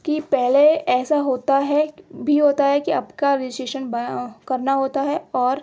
کہ پہلے ایسا ہوتا ہے بھی ہوتا ہے کہ آپ کا رجسٹریشن کرنا ہوتا ہے اور